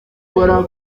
gukora